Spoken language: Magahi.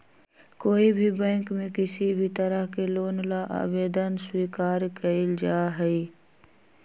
कोई भी बैंक में किसी भी तरह के लोन ला आवेदन स्वीकार्य कइल जाहई